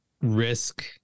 risk